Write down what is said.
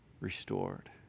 restored